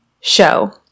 show